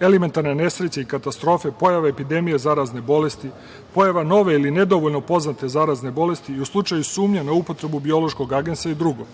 elementarne nesreće i katastrofe, pojave epidemije zarazne bolesti, pojava nove ili nedovoljno poznate zarazne bolesti i u slučaju sumnje na upotrebu biološkog agensa i drugo;